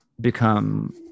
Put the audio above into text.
become